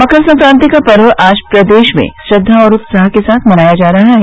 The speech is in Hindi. मकर संक्राति का पर्व आज प्रदेश में श्रद्वा और उत्साह के साथ मनाया जा रहा है